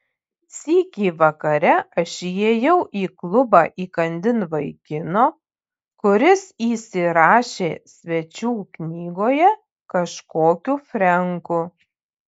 sykį vakare aš įėjau į klubą įkandin vaikino kuris įsirašė svečių knygoje kažkokiu frenku